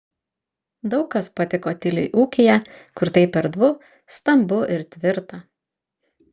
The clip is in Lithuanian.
daug kas patiko tiliui ūkyje kur taip erdvu stambu ir tvirta